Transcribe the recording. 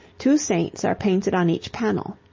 two saints are painted on each panel.